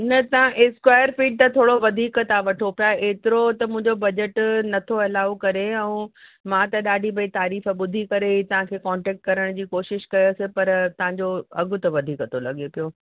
न तव्हां square feet त थोरो वधीक था वठो पिया एतिरो त मुंहिजो बजट नथो एलाओ करे ऐं मां त ॾाढी भई तारीफ़ु ॿुधी करे ई तव्हां कॉन्टैक्ट करण जी कोशिशि कयस पर तव्हांजो अघि त वधीक थो लॻे पियो